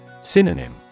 Synonym